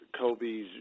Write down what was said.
Kobe's